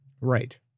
Right